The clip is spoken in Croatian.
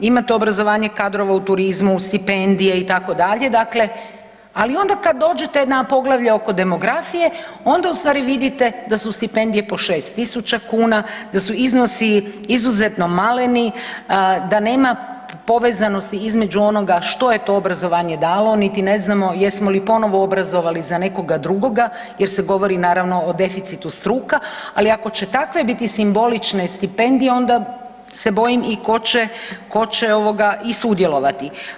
Imate obrazovanje kadrova u turizmu, stipendije itd. dakle, ali onda kad dođete na Poglavlje oko demografije onda u stvari vidite da su stipendije po 6.000 kuna, da su iznosi izuzetno maleni, da nema povezanosti između onoga što je to obrazovanje dalo, niti ne znamo jesmo li ponovo obrazovali za nekoga drugoga jer se govori naravno o deficitu struka, ali ako će takve biti simbolične stipendije onda se bojim i ko će, ko će ovoga i sudjelovati.